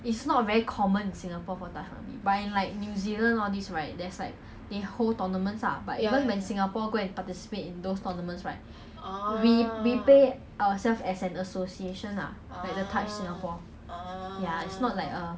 ya it's not like a government will subsidise kind of thing no so even if I want to go find time also cannot really go cause like ya